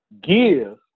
Give